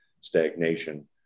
stagnation